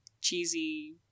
cheesy